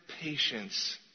patience